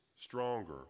stronger